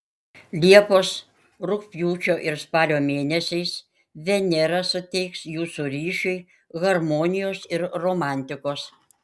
liepos rugpjūčio ir spalio mėnesiais venera suteiks jūsų ryšiui harmonijos ir romantikos